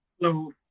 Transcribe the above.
Hello